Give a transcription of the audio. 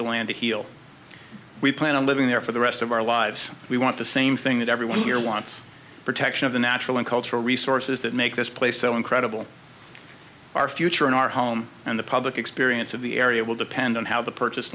the land to heal we plan on living there for the rest of our lives we want the same thing that everyone here wants protection of the natural and cultural resources that make this place so incredible our future in our home and the public experience of the area will depend on how the purchase